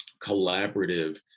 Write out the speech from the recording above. collaborative